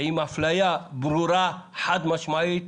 ועם אפליה ברורה, חד-משמעית,